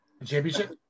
Championship